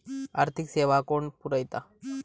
आर्थिक सेवा कोण पुरयता?